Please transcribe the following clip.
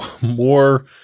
more